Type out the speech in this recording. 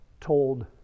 told